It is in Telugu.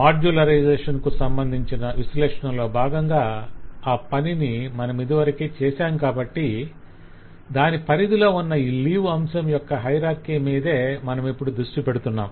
మాడ్యులరైజేషన్ కు సంబంధించిన విశ్లేషణలో బాగంగా ఆ పనిని మనమిదివరకే చేశాం కాబట్టి దాని పరిధిలో ఉన్న ఈ లీవ్ అంశం యొక్క హయరార్కి మీదే మనమిప్పుడు దృష్టి పెడుతున్నాం